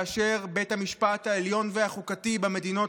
כאשר בתי המשפט העליון והחוקתי במדינות